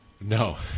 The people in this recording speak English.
No